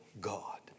God